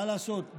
מה לעשות,